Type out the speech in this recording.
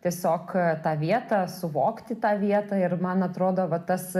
tiesiog tą vietą suvokti tą vietą ir man atrodo va tas